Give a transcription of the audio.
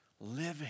living